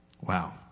Wow